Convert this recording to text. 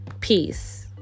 Peace